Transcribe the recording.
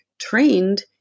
trained